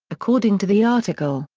according to the article,